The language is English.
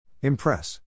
Impress